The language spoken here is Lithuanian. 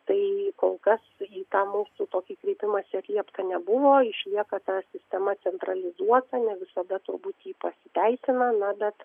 tai kol kas į tą mūsų tokį kreipimąsi atliepta nebuvo išlieka ta sistema centralizuota ne visada turbūt ji pasiteisina na bet